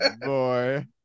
boy